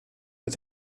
mit